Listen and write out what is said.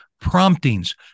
promptings